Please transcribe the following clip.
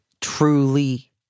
truly